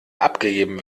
abgegeben